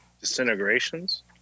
Disintegrations